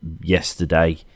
yesterday